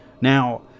Now